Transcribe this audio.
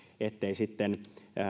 ettei sitten